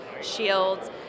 shields